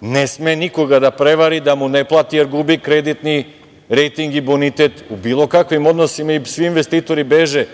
ne sme nikoga da prevari, da mu ne plati, jer gubi kreditni rejting i bonitet u bilo kakvim odnosima i svi investitori beže